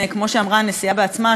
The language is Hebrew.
כמו שאמרה הנשיאה בעצמה,